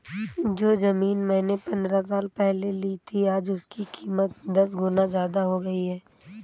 जो जमीन मैंने पंद्रह साल पहले ली थी, आज उसकी कीमत दस गुना जादा हो गई है